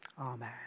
Amen